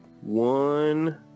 one